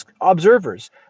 observers